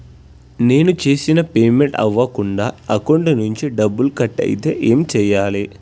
నేను చేసిన పేమెంట్ అవ్వకుండా అకౌంట్ నుంచి డబ్బులు కట్ అయితే ఏం చేయాలి?